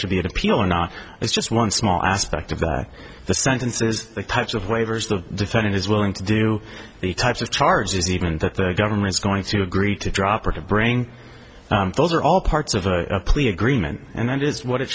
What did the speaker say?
should be an appeal or not it's just one small aspect of the sentences the touch of waivers the defendant is willing to do the types of charges even that the government's going to agree to drop or to bring those are all parts of a plea agreement and that is what it